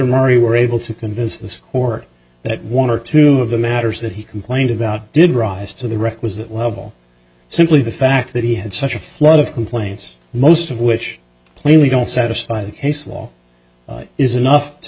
murray were able to convince this or that one or two of the matters that he complained about did rise to the requisite level simply the fact that he had such a flood of complaints most of which plainly don't satisfy the case law is enough to